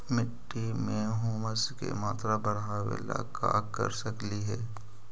मिट्टी में ह्यूमस के मात्रा बढ़ावे ला का कर सकली हे?